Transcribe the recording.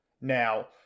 now